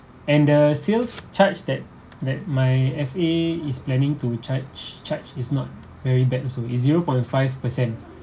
and the sales charge that that my F_A is planning to charge charge is not very bad also is zero point five percent